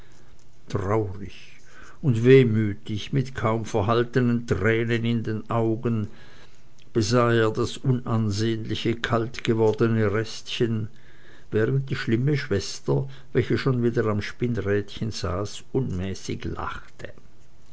traurig und wehmütig mit kaum verhaltenen tränen in den augen besah er das unansehnliche kalt gewordene restchen während die schlimme schwester welche schon wieder am spinnrädchen saß unmäßig lachte